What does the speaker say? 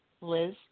Liz